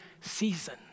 season